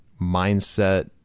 mindset